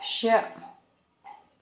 شےٚ